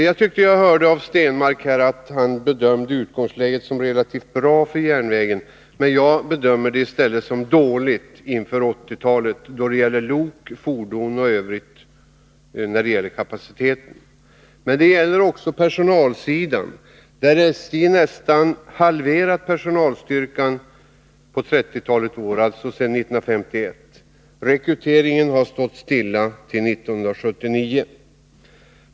Jag tyckte jag hörde att Per Stenmarck bedömde utgångsläget för järnvägen som relativt bra, men jag bedömer det som dåligt inför 1980-talet då det gäller lok, fordon i övrigt och annan kapacitet. Men det gäller också personalsidan, där SJ nästan halverat personalstyrkan på trettiotalet år sedan 1951. Rekryteringen har stått stilla till 1979.